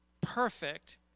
perfect